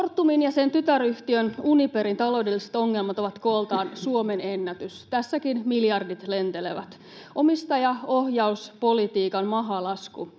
Fortumin ja sen tytäryhtiön Uniperin taloudelliset ongelmat ovat kooltaan Suomen ennätys — tässäkin miljardit lentelevät. Omistajaohjauspolitiikan mahalasku